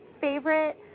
favorite